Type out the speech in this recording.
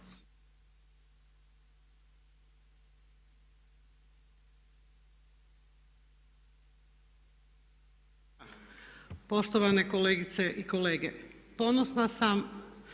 Poštovane kolegice i kolege ponosna sam